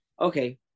okay